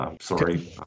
Sorry